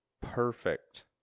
perfect